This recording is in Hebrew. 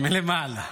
מלמעלה.